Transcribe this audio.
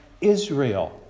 Israel